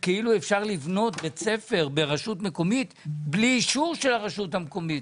כאילו אפשר לבנות בית ספר ברשות מקומית בלי אישור של הרשות המקומית.